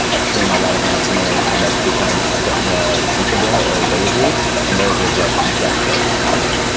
i've seen a lot of entrepreneurs kind of become a bit more comfortable, or lazy, and those are just death words to me.